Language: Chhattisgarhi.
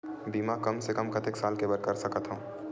बीमा कम से कम कतेक साल के बर कर सकत हव?